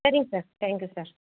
சரிங்க sir thank you sir